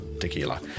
tequila